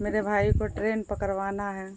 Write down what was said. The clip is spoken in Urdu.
میرے بھائی کو ٹرین پکڑوانا ہے